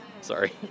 Sorry